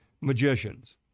magicians